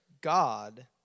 God